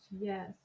Yes